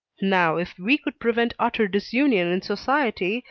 now, if we would prevent utter disunion in society,